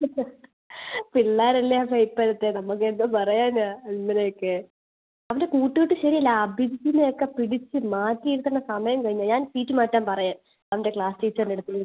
പിള്ളാരല്ലേ അമ്മ ഇപ്പോഴത്തെ നമുക്കെന്തോ പറയാനാ ഇവനെയക്കെ അവൻ്റെ കൂട്ടുകെട്ട് ശരിയല്ല ആ അഭിജിത്തിനെയക്കെ പിടിച്ച് മാറ്റിയിരുത്തേണ്ട സമയം കയിഞ്ഞ് ഞാൻ സീറ്റ് മാറ്റാൻ പറയാം അവൻ്റെ ക്ലാസ്സ് ടീച്ചർൻ്റടുത്ത് വിളിച്ച്